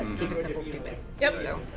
keep it simple stupid. yep.